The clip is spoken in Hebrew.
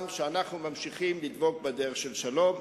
שאנחנו ממשיכים לדבוק בדרך של שלום.